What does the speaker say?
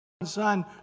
son